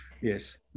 Yes